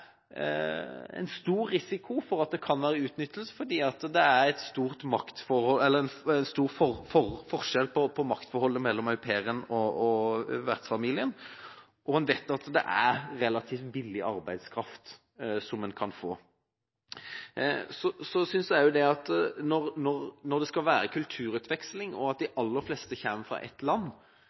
en ordning med stor risiko for at det kan være utnyttelse, fordi det er en stor forskjell på maktforholdet mellom au pairen og vertsfamilien, og man vet man kan få relativt billig arbeidskraft. Når det skal være kulturutveksling og de aller fleste kommer fra ett land,